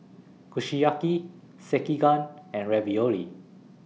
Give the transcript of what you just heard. Kushiyaki Sekihan and Ravioli